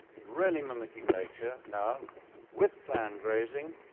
really mimicking nature now with planned grazing,